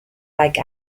like